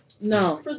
No